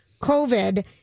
COVID